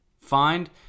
Find